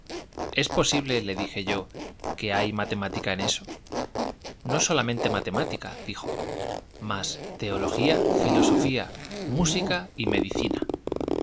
es posible le dije yo que hay matemática en eso no solamente matemática dijo mas teología filosofía música y medicina